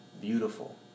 beautiful